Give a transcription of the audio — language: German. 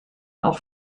auch